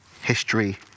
History